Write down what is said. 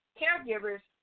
caregivers